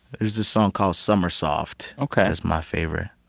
there's this song called summer soft. ok. that's my favorite.